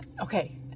Okay